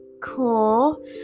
cool